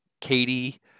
Katie